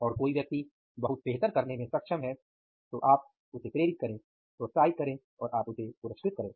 और कोई व्यक्ति बहुत बेहतर करने में सक्षम है तो आप उसे प्रेरित करें प्रोत्साहित करें और आप उसे पुरस्कृत करें